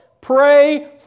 pray